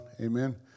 Amen